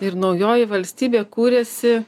ir naujoji valstybė kūrėsi